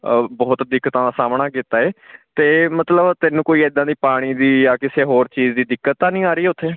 ਅ ਬਹੁਤ ਦਿੱਕਤਾਂ ਦਾ ਸਾਮਣਾ ਕੀਤਾ ਹੈ ਅਤੇ ਮਤਲਬ ਤੈਨੂੰ ਕੋਈ ਇੱਦਾਂ ਦੀ ਪਾਣੀ ਦੀ ਜਾਂ ਕਿਸੇ ਹੋਰ ਚੀਜ਼ ਦੀ ਦਿੱਕਤ ਤਾਂ ਨਹੀਂ ਆ ਰਹੀ ਉੱਥੇ